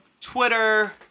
twitter